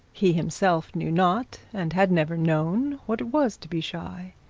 he himself knew not, and had never known, what it was to be shy.